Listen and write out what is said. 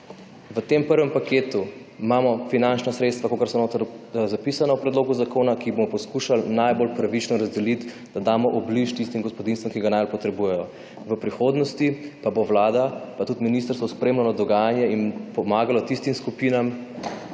V tem prvem paketu imamo finančna sredstva, kakor so noter zapisana v predlogu zakona, ki jih bomo poskušal najbolj pravično razdelit, da damo obliž tistim gospodinjstvom, ki ga najbolj potrebujejo, v prihodnosti pa bo Vlada, pa tudi ministrstvo, spremljalo dogajanje in pomagalo tistim skupinam,